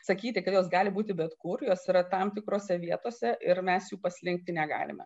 sakyti kad jos gali būti bet kur jos yra tam tikrose vietose ir mes jų paslinkti negalime